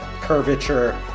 curvature